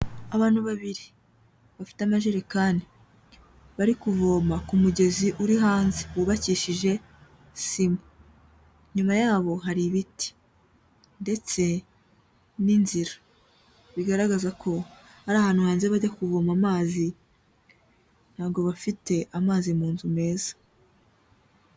Abantu babiri bafite amajerekani, bari kuvoma ku mugezi uri hanze wubakishije sima, inyuma yabo hari ibiti ndetse n'inzira, bigaragaza ko ari ahantu hanze bajya kuvoma amazi, ntago bafite amazi mu nzu meza.